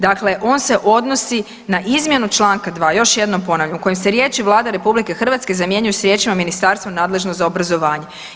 Dakle, on se odnosi na izmjenu Članku 2., još jednom ponavljam, u kojem se riječi Vlada RH zamjenjuju s riječima ministarstvo nadležno za obrazovanje.